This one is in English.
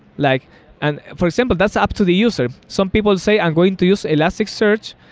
like and for example, that's up to the user. some people say i'm going to use elasticsearch,